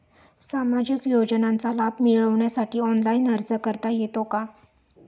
सामाजिक योजनांचा लाभ मिळवण्यासाठी ऑनलाइन अर्ज करता येतो का?